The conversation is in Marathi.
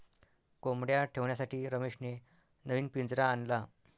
कोंबडया ठेवण्यासाठी रमेशने नवीन पिंजरा आणला